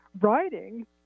writing